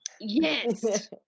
Yes